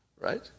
Right